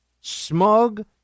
smug